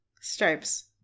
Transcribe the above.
Stripes